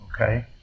Okay